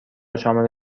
شامل